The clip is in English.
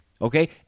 okay